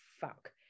fuck